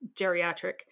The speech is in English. geriatric